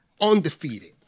undefeated